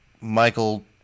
Michael